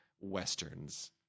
westerns